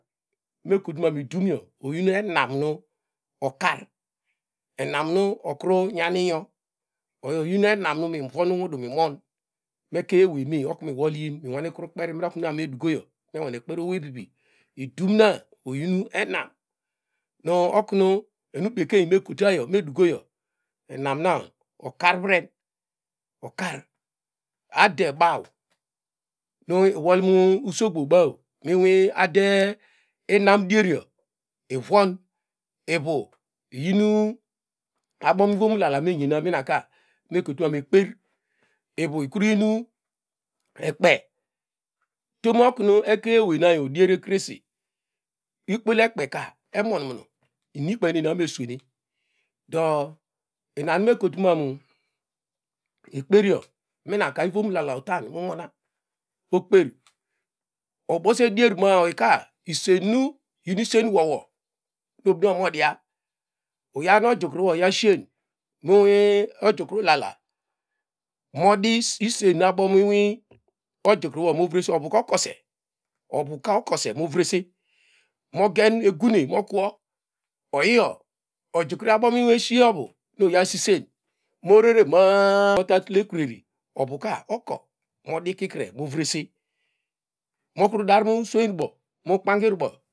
Mevo tuma idumyo oyi enamu okar enawu okru nyani oyo yin enamy mivon inwudu mimom mekenewine okum minolyn me nwenkpanoweriri oknu mena abome dukoys me nwane kperiowey vivi idim na oyi enam mokru enubekeni me kotayo medukoyo enanna okarvren okar adebaw nuiwol nu usogbobaw nu ade imonu derio ivuon ivu iyinu abomu wom lala menyena minaka eketu ekper ivukru yin ekpe tono komu ekein eremna odene krese ikpola ekpeka emonmunu inikpey nu eni ameserene do iname kotuma ekpesio minaka uvom ulala utan mumona okper obose dier ma- a oyika isen nu iyin isen wowo mobine modia yaw nu ojukuruyo oya shien mu awi ojukuru ulala modi isen nu abomi inw ojukruwo movrese ovuka okose ovu ka okose movrese mogen egune mokwe oyiyo ojukuruyo abomu esiova nu uya sisen morerema a mota tul ekuru ri ovuka oko modi ikikre movrese mokru dar mu swenn rubo akpangirubo.